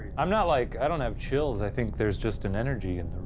i'm not like, i don't have chills, i think there's just an energy in